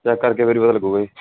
check ਕਰਕੇ ਫਿਰ ਹੀ ਪਤਾ ਲੱਗੂਗਾ